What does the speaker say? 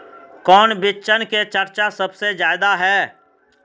कौन बिचन के चर्चा सबसे ज्यादा है?